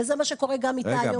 וזה מה שקורה איתה.